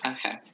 Okay